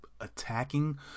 attacking